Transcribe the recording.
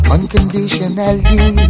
Unconditionally